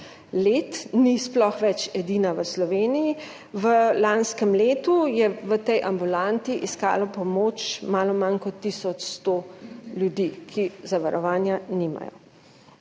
let, ni sploh več edina v Sloveniji, v lanskem letu je v tej ambulanti iskalo pomoč malo manj kot tisoč 100 ljudi, ki nimajo